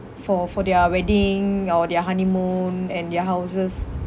for for their wedding or their honeymoon and their houses